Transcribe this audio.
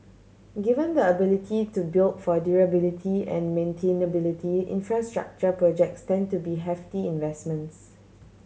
given the ability to build for durability and maintainability infrastructure projects tend to be hefty investments